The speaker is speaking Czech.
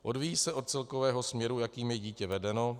Odvíjí se od celkového směru, jakým je dítě vedeno.